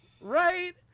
Right